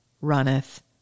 runneth